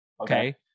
okay